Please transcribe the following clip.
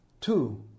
Two